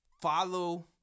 follow